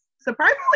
surprisingly